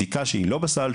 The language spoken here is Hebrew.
בדיקה שהיא לא בסל,